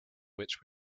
which